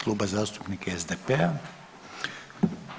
Kluba zastupnika SDP-a.